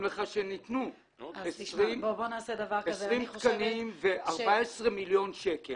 לך שניתנו 20 תקנים ו-14 מיליון שקלים.